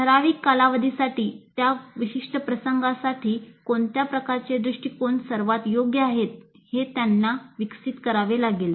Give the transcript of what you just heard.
ठराविक कालावधीसाठी त्या विशिष्ट प्रसंगासाठी कोणत्या प्रकारचे दृष्टीकोन सर्वात योग्य आहेत हे त्यांना विकसित करावे लागेल